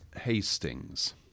Hastings